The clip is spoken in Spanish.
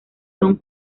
son